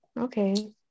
Okay